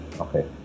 Okay